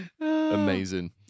Amazing